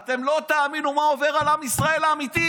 אתם לא תאמינו מה עובר על עם ישראל האמיתי,